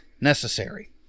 necessary